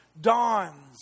dawns